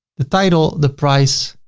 the title, the price,